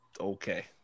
okay